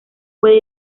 puede